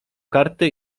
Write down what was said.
karty